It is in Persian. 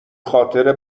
خاطر